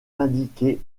indiquées